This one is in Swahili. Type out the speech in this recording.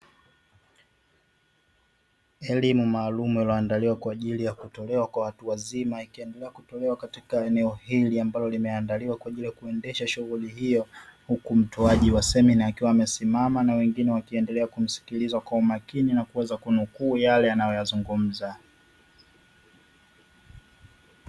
Elimu maalumu iliyoandaliwa kwa ajili ya kutolewa kwa watu wazima, ikiandaliwa kutolewa katika eneo hili ambalo limeandaliwa kwa ajili ya kuendasha shughuli hiyo, huku mtoaji wa semina akiwa amesimama na wengine wakiendelea kumsikiliza kwa makini na kuweza kunukuu Yale anayoyazungumza.